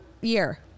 year